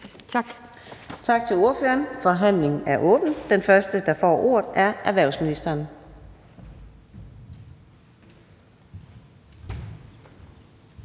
Tak til ordføreren. Forhandlingen er åbnet. Den første, der får ordet, er erhvervsministeren.